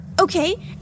Okay